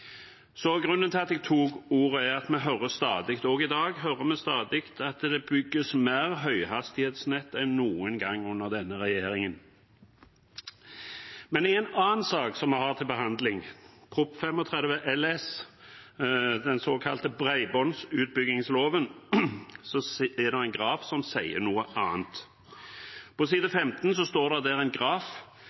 Grunnen til at jeg tar ordet, er at vi i dag stadig hører at det under denne regjeringen bygges mer høyhastighetsnett enn noen gang. Men i en annen sak som vi har til behandling, Prop. 35 LS for 2019–2020, den såkalte bredbåndsutbyggingsloven, er det en graf som sier noe annet. På side 15 viser en graf en massiv utbygging i årene 2005 til 2013, mens antallet tilknytninger flater ut under sittende regjering. Det